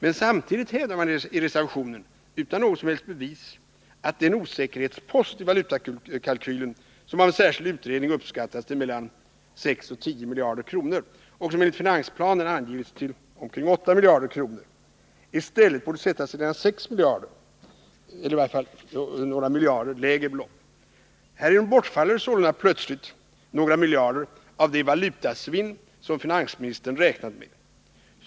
Men samtidigt hävdar man i reservationen, utan något som helst bevis, att den osäkerhetspost i valutakalkylen som av en särskild utredning uppskattats till mellan 6 och 10 miljarder kronor och som enligt finansplanen angivits till 8 miljarder kronor i stället borde sättas till endast 6 miljarder kronor eller i varje till ett några miljarder kronor lägre belopp. Härigenom bortfaller sålunda plötsligt några miljarder av det valutasvinn som finansministern räknat med.